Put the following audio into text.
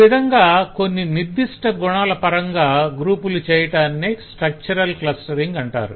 ఈ విధంగా కొన్ని నిర్దిష్ట గుణాల పరంగా గ్రూపులు చేయటాన్నే స్ట్రక్చరల్ క్లస్టరింగ్ అంటారు